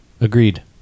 Agreed